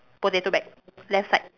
potato bag left side